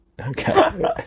Okay